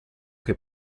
che